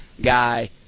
guy